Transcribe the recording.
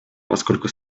поскольку